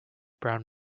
brown